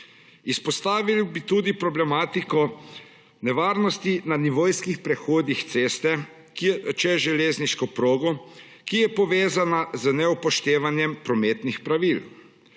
Izpostavil bi tudi problematiko nevarnosti na nivojskih prehodih ceste čez železniško progo, ki je povezana z neupoštevanjem prometnih pravil.